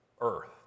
earth